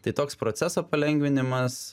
tai toks proceso palengvinimas